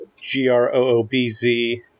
G-R-O-O-B-Z